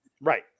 Right